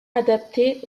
adaptés